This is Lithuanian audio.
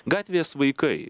gatvės vaikai